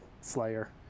Slayer